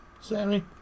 Sammy